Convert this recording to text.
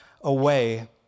away